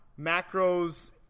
macros